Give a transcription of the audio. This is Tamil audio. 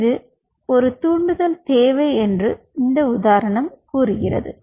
எனவே இது ஒரு தூண்டுதல் தேவை என்று உதாரணம் கூறுகிறது